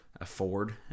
afford